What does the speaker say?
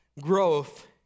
growth